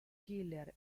killer